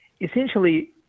essentially